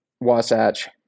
Wasatch